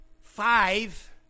five